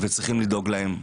וצריכים לדאוג להם.